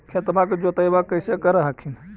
खेतबा के जोतय्बा कैसे कर हखिन?